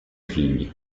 figli